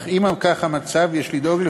אך אם כך המצב יש לדאוג,